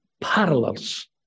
parallels